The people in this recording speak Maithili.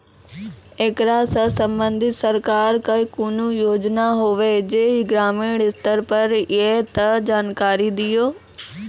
ऐकरा सऽ संबंधित सरकारक कूनू योजना होवे जे ग्रामीण स्तर पर ये तऽ जानकारी दियो?